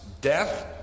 death